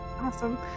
Awesome